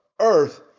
earth